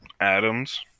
Adams